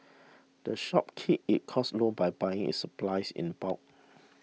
the shop keeps its costs low by buying its supplies in bulk